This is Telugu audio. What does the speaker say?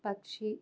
పక్షి